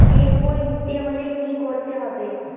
Check বই নিতে হলে কি করতে হবে?